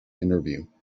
interview